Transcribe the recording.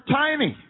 tiny